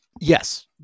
Yes